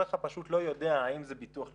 האזרח הפשוט לא יודע האם זה ביטוח לאומי,